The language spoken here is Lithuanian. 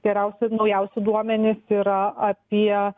geriausi ir naujausi duomenys yra apie